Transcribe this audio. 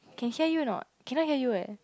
can hear you or not cannot hear you eh